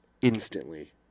instantly